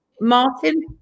Martin